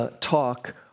Talk